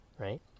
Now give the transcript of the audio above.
right